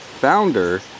founder